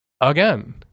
again